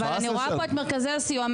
אבל אני רואה פה את מרכזי הסיוע,